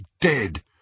dead